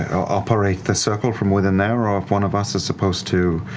operate the circle from within there, or ah if one of us is supposed to